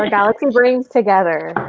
and galaxy brains together,